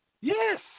Yes